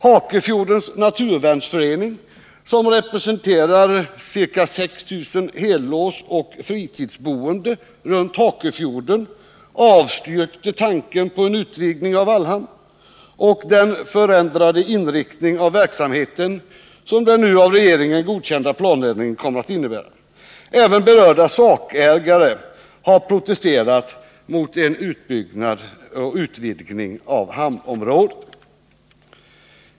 Hakefjordens Naturvärnsförening, som representerar ca 6 000 helårsoch fritidsboende runt Hakefjorden, avstyrkte tanken på en utvidgning av Vallhamn och den förändrade inriktning av verksamheten som den nu av regeringen godkända planändringen kommer att innebära. Även berörda sakägare har protesterat mot en utbyggnad och utvidgning av hamnområdet.